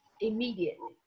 immediately